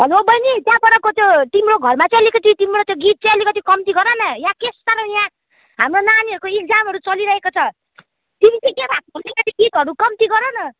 hello बहिनी त्यहाँ परको त्यो तिम्रो घरमा चाहिँ अलिकति तिम्रो त्यो गीत चाहिँ अलिकति कम्ती गर न यहाँ के साह्रो यहाँ हाम्रो नानीहरूको एक्जामाहरू चलिरहेको छ तिमी चाहिँ के भएको तिम्रो त्यो गीतहरू कम्ती गर न